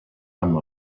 amb